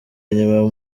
nyuma